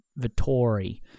Vittori